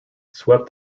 swept